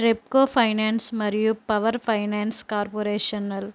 Repco finance మరియు power finance కార్పొరేషనల్